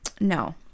no